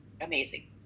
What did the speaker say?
Amazing